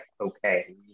okay